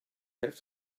have